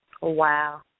Wow